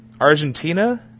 Argentina